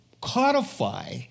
codify